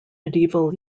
medieval